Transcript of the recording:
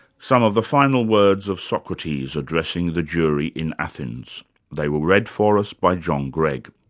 some of the final words of socrates, addressing the jury in athens they were read for us by john gregg.